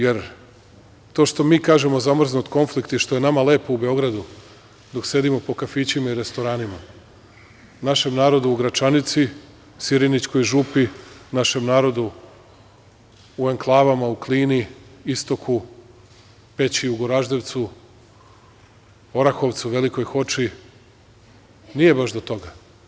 Jer, to što mi kažemo "zamrznut konflikt" i što je nama lepo u Beogradu, dok sedimo po kafićima i restoranima, našem narodu u Gračanici, Sirinićkoj župi, našem narodu u enklavama u Klini, Istoku, Peći, Goraždevcu, Orahovcu, Velikoj Hoči, nije baš do toga.